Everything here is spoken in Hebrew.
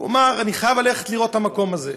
הוא אמר: אני חייב ללכת לראות את המקום הזה.